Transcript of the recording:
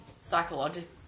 psychological